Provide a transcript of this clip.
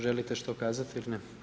Želite što kazat il ne?